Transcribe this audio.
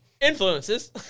influences